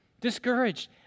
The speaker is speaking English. discouraged